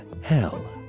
hell